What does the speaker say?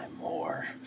more